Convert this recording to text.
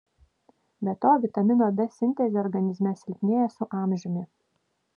be to vitamino d sintezė organizme silpnėja su amžiumi